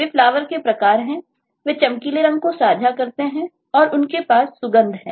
वे Flower के प्रकार हैं वे चमकीले रंग को साझा करते हैं और उनके पास सुगंध है